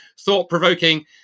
thought-provoking